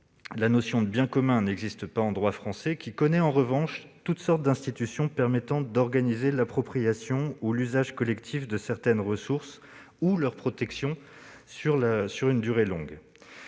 La notion de « bien commun » n'existe pas en droit français. Celui-ci connaît, en revanche, toutes sortes d'institutions permettant d'organiser l'appropriation ou l'usage collectif de certaines ressources ou leur protection sur la longue